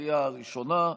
לקריאה ראשונה.